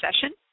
session